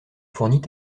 fournit